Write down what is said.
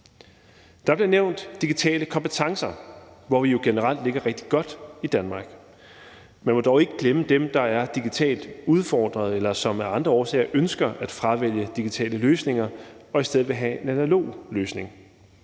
Der blev nævnt digitale kompetencer, hvor vi jo generelt ligger rigtig godt i Danmark. Man må dog ikke glemme dem, der er digitalt udfordrede, eller som af andre årsager ønsker at fravælge digitale løsninger og i stedet vil have en analog løsning.